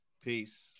Peace